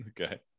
Okay